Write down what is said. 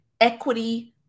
equity